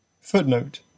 Footnote